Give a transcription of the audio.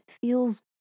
feels